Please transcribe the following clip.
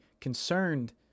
concerned